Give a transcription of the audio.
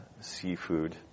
seafood